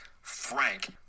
Frank